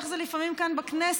איך זה לפעמים כאן בכנסת,